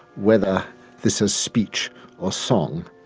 whether this is speech or song.